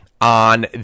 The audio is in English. on